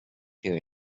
here